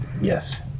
Yes